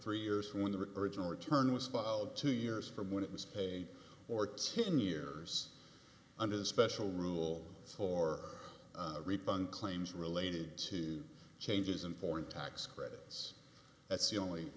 three years when the reversion return was filed two years from when it was paid or ten years under the special rule for refund claims related to changes in foreign tax credits that's the only